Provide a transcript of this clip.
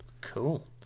Cool